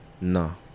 No